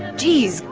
jeez.